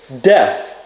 death